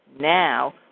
Now